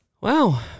Wow